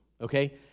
okay